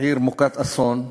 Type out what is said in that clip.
עיר מוכת אסון.